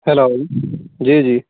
hello جی جی